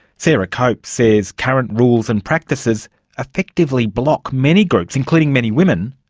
sarah cope says current rules and practices effectively block many groups, including many women,